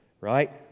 right